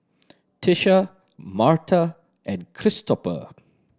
Tisha Marta and Christoper